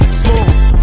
smooth